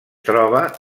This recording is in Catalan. troba